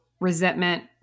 resentment